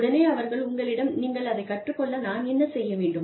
உடனே அவர்கள் உங்களிடம் நீங்கள் அதை கற்றுக் கொள்ள நான் என்ன செய்ய வேண்டும்